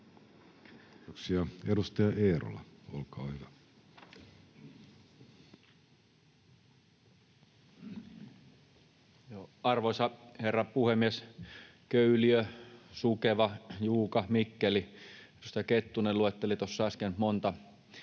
Kiitoksia. — Edustaja Eerola, olkaa hyvä. Arvoisa herra puhemies! Köyliö, Sukeva, Juuka, Mikkeli: edustaja Kettunen luetteli tuossa äsken monta